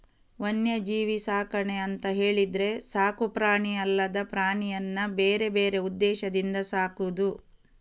ವನ್ಯಜೀವಿ ಸಾಕಣೆ ಅಂತ ಹೇಳಿದ್ರೆ ಸಾಕು ಪ್ರಾಣಿ ಅಲ್ಲದ ಪ್ರಾಣಿಯನ್ನ ಬೇರೆ ಬೇರೆ ಉದ್ದೇಶದಿಂದ ಸಾಕುದು